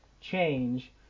change